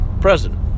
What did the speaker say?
president